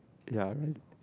ya I mean